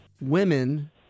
women